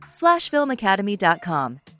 Flashfilmacademy.com